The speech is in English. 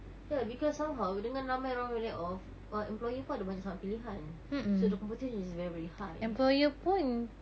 ya because somehow dengan ramai orang kena laid off employer pun ada banyak sangat pilihan so the competition is very very high